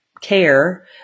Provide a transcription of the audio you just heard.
care